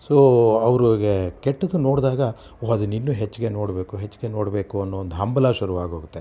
so ಅವ್ರಿಗೆ ಕೆಟ್ಟದು ನೋಡಿದಾಗ ಓಹ್ ಅದನ್ನು ಇನ್ನೂ ಹೆಚ್ಚಿಗೆ ನೋಡಬೇಕು ಹೆಚ್ಚಿಗೆ ನೋಡಬೇಕು ಅನ್ನೋ ಒಂದು ಹಂಬಲ ಶುರು ಆಗೋಗುತ್ತೆ